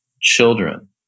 children